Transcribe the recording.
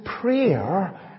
prayer